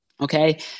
Okay